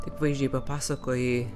taip vaizdžiai papasakojai